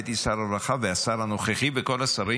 כשהייתי שר רווחה והשר הנוכחי וכל השרים,